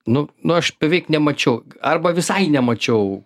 nu nu aš beveik nemačiau arba visai nemačiau